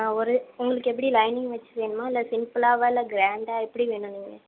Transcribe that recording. ஆ ஒரு உங்களுக்கு எப்படி லைனிங் வச்சு வேணுமா இல்லை சிம்ப்ளாகவா இல்லை கிராண்டாக எப்படி வேணுங்க